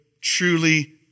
truly